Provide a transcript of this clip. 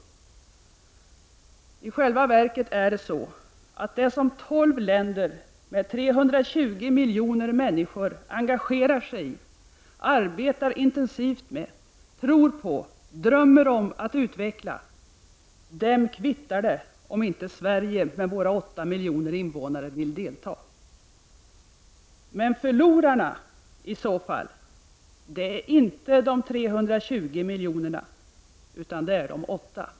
I själva verket är det så att de 12 länder med 320 miljoner människor som engagerar sig, arbetar intensivt med det de tror på och drömmer om att utveckla — dem kvittar det om inte Sverige med sina 8 miljoner invånare vill delta. Förlorarna i så fall är inte de 320 miljonerna, utan de 8.